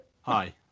Hi